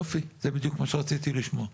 יופי, זה בדיוק מה שרציתי לשמוע.